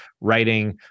writing